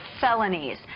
felonies